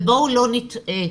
ובואו לא נטעה,